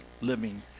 living